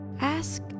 Ask